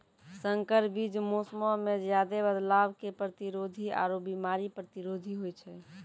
संकर बीज मौसमो मे ज्यादे बदलाव के प्रतिरोधी आरु बिमारी प्रतिरोधी होय छै